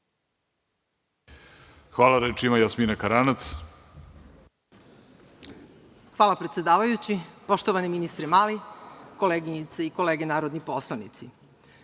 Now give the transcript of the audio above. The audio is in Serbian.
Izvolite. **Jasmina Karanac** Hvala, predsedavajući. Poštovani ministre Mali, koleginice i kolege narodni poslanici,